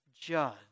judge